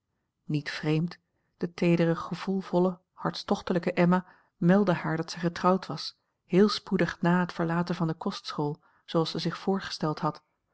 niet vreemd de teedere gevoelvolle hartstochtelijke emma meldde haar dat zij getrouwd was heel spoedig na het verlaten van de kostschool zooals zij zich voorgesteld had